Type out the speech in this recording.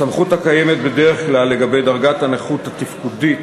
הסמכות הקיימת בדרך כלל לגבי דרגת הנכות התפקודית